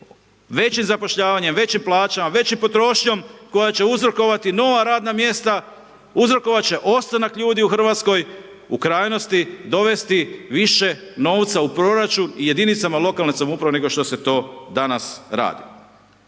većim zapošljavanjem, većim plaćama, većom potrošnjom koja će uzrokovati nova radna mjesta, uzrokovati će ostanak ljudi u RH, u krajnosti dovesti više novca u proračun i jedinicama lokalne samouprave, nego što se to danas radi.